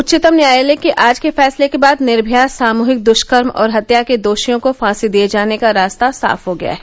उच्चतम न्यायालय के आज के फैसले के बाद निर्भया सामूहिक दुष्कर्म और हत्या के दोषियों को फांसी दिये जाने का रास्ता साफ हो गया है